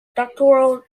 doctoral